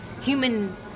human